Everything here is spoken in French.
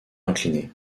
incliné